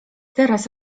teraz